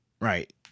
right